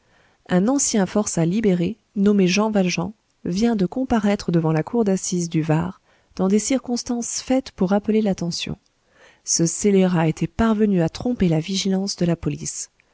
un ancien forçat libéré nommé jean valjean vient de comparaître devant la cour d'assises du var dans des circonstances faites pour appeler l'attention ce scélérat était parvenu à tromper la vigilance de la police